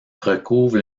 recouvre